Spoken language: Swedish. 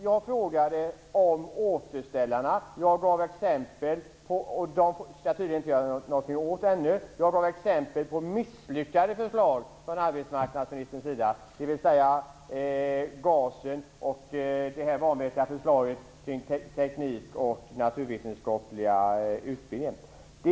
Jag frågade om återställarna. Dem skall man tydligen inte göra någonting åt ännu. Jag gav exempel på misslyckade förslag från arbetsmarknadsministerns sida, dvs. GAS:en och det vanvettiga förslaget kring teknik och naturvetenskaplig utbildning.